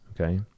Okay